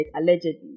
allegedly